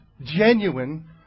genuine